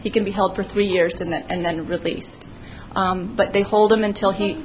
he can be held for three years and then released but they hold him until he